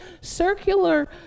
circular